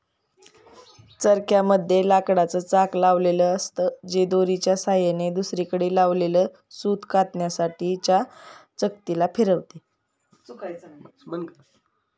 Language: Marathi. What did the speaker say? चरख्या मध्ये लाकडाच चाक लावलेल असत, जे दोरीच्या सहाय्याने दुसरीकडे लावलेल सूत कातण्यासाठी च्या चकती ला फिरवते